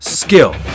skill